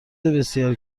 بسیار